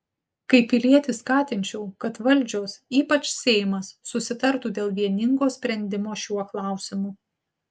kaip pilietis skatinčiau kad valdžios ypač seimas susitartų dėl vieningo sprendimo šiuo klausimu